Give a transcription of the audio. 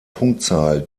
punktzahl